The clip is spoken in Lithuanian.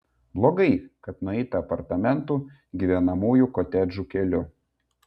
blogai kad nueita apartamentų gyvenamųjų kotedžų keliu